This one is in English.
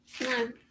No